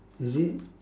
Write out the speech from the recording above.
is it